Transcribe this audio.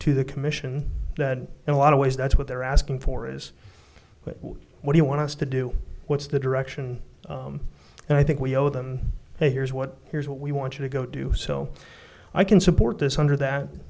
to the commission that in a lot of ways that's what they're asking for is what do you want us to do what's the direction and i think we owe them here's what here's what we want you to go do so i can support this wonder